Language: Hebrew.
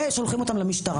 ושולחים אותם למשטרה.